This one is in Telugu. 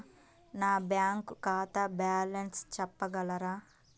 నా బ్యాంక్ ఖాతా బ్యాలెన్స్ చెప్పగలరా?